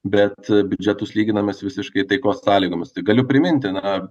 bet biudžetus lyginamės visiškai taikos sąlygomis tai galiu priminti na